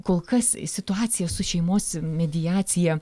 kol kas situacija su šeimos mediacija